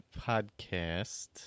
Podcast